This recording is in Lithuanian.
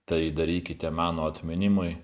tai darykite mano atminimui